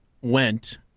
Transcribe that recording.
went